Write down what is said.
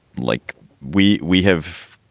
like we we have